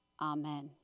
Amen